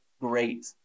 great